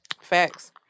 Facts